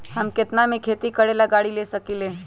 हम केतना में खेती करेला गाड़ी ले सकींले?